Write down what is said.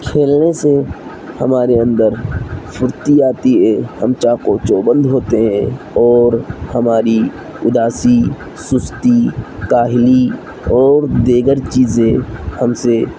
کھیلنے سے ہمارے اندر پھرتی آتی ہے ہم چاق و چوبند ہوتے ہیں اور ہماری اداسی سستی کاہلی اور دیگر چیزیں ہم سے